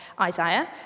Isaiah